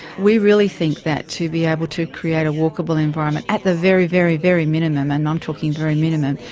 we really think that to be able to create a walkable environment at the very, very very minimum, and i'm talking very minimum,